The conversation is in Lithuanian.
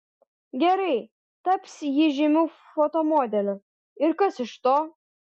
gerai taps ji žymiu fotomodeliu ir kas iš to